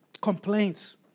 complaints